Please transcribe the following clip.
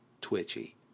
twitchy